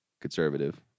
conservative